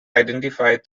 identified